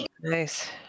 Nice